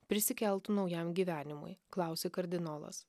prisikeltų naujam gyvenimui klausia kardinolas